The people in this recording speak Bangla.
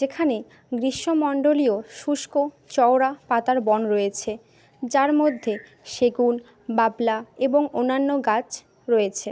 যেখানে গ্রীষ্ম মণ্ডলীয় শুষ্ক চওড়া পাতার বন রয়েছে যার মধ্যে সেগুন বাবলা এবং অন্যান্য গাছ রয়েছে